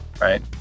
right